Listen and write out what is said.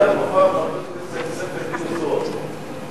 היה פה פעם חבר הכנסת סיף א-דין א-זועבי,